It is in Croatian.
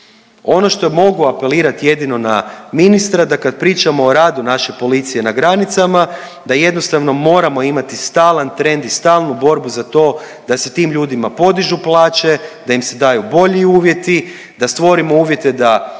Ono što mogu apelirati jedino na ministra da kad pričamo o radu naše policije na granicama, da jednostavno moramo imati stalan trend i stalnu borbu za to da se tim ljudima podižu plaće, da im se daju bolji uvjeti, da stvorimo uvjete da